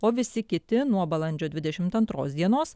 o visi kiti nuo balandžio dvidešimt antros dienos